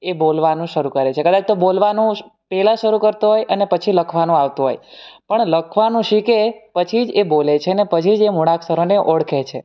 એ બોલવાનું શરૂ કરે છે કદાચ તો બોલવાનું પહેલાં શરૂ કરતો હોય અને પછી લખવાનું આવતું હોય પણ લખવાનું શીખે પછી જ એ બોલે છે ને પછી જ એ મૂળાક્ષરોને ઓળખે છે